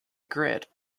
grid